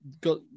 got